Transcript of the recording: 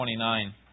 29